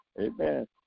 Amen